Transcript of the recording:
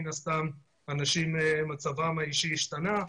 מן הסתם אנשים מצבם האישי השתנה,